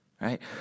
right